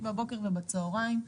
בבוקר ובצוהריים,